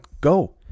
go